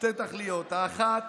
שתי תכליות: האחת,